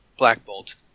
Blackbolt